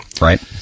right